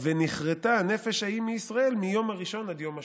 ונכרתה הנפש ההוא מישראל מיום הראשֹׁן עד יום שבִעי".